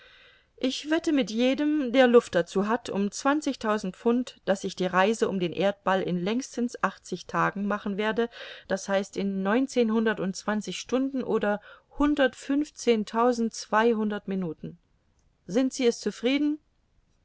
ich wette mit jedem der luft dazu hat um zwanzigtausend pfund daß ich die reise um den erdball in längstens achtzig tagen machen werde d h in neunzehnhundertundzwanzig stunden oder hundertfünfzehntausendzweihundert minuten sind sie es zufrieden